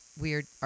weird